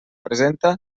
presenta